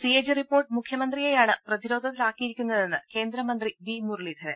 CAG report മുഖ്യമന്ത്രിയെയാണ് പ്രതിരോധത്തിലാക്കിയിരിക്കുന്നതെന്ന് കേന്ദ്രമന്ത്രി വി മുരളീധരൻ